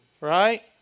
Right